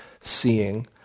seeing